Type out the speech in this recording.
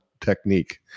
technique